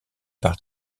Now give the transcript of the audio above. par